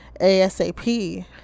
ASAP